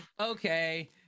okay